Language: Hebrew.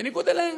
בניגוד להם: